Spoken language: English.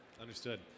Understood